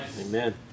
Amen